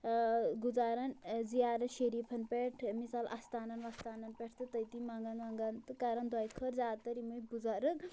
گُزاران زِیارت شریٖفَن پٮ۪ٹھ مِثال اَستانَن وستانَن پٮ۪ٹھ تہٕ تٔتی منٛگان ونٛگان تہٕ کَران دویہِ خٲر زیادٕ تَر یِمَے بُزرٕگ